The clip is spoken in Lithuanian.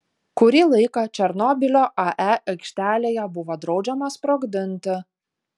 kurį laiką černobylio ae aikštelėje buvo draudžiama sprogdinti